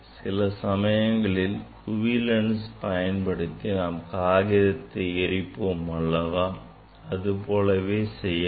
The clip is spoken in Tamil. சில சமயங்களில் குவிலென்ஸ் பயன்படுத்தி நாம் காகிதத்தை எரிப்போம் அல்லவா அதுபோலவே செய்யலாம்